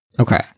Okay